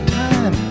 time